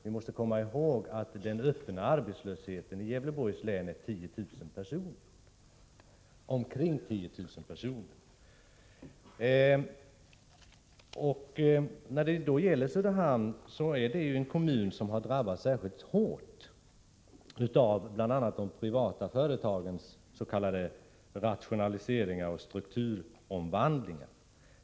Vi måste komma ihåg att omkring 10 000 personer är öppet arbetslösa i Gävleborgs län. Söderhamn är en kommun som har drabbats särskilt hårt av de privata företagens s.k. rationaliseringar och strukturomvandlingar.